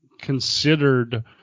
considered